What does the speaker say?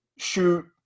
Shoot